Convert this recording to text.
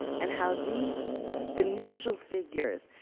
and how these initial figures,